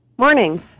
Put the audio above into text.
Morning